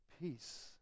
peace